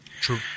true